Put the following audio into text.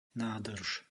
nádrž